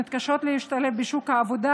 מתקשות להשתלב בשוק העבודה,